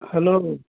hello